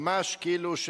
ממש כאילו,